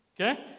Okay